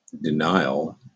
denial